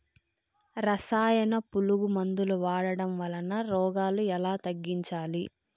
రసాయన పులుగు మందులు వాడడం వలన రోగాలు ఎలా తగ్గించాలి?